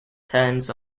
turns